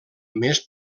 més